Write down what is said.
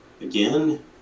again